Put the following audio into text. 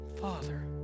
Father